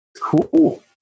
cool